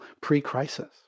pre-crisis